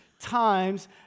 times